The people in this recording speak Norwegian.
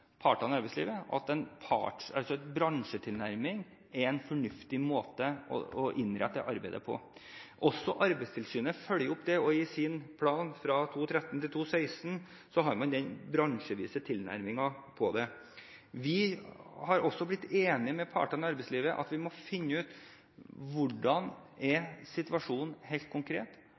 partene i arbeidslivet blitt enig om at en bransjetilnærming er en fornuftig måte å innrette arbeidet på. Også Arbeidstilsynet følger opp det – i sin plan for 2013–2016 har de den bransjevise tilnærmingen. Vi har også blitt enig med partene i arbeidslivet om at vi må finne ut hvordan situasjonen helt konkret